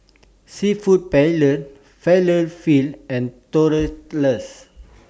Seafood Paella Falafel and Tortillas